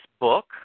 book